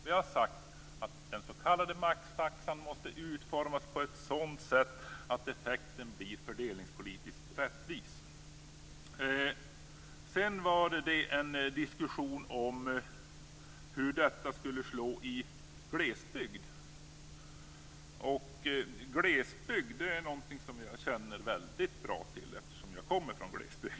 Vi har sagt att den s.k. maxtaxan måste utformas på sådant sätt att effekten blir fördelningspolitiskt rättvis. När det gäller frågan om hur detta skulle slå i glesbygd, vill jag säga att glesbygd är något som jag känner väl till eftersom jag kommer från glesbygd.